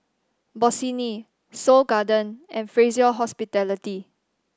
Bossini Seoul Garden and Fraser Hospitality